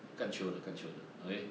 干 chio 的干 chio 的 okay